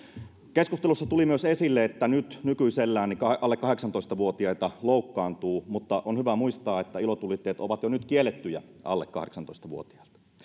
keskustelussa tuli myös esille että nyt nykyisellään alle kahdeksantoista vuotiaita loukkaantuu mutta on hyvä muistaa että ilotulitteet ovat jo nyt kiellettyjä alle kahdeksantoista vuotiailta